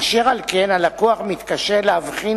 אשר על כן הלקוח מתקשה להבחין